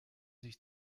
sich